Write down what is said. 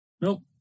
Nope